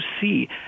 see